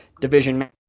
division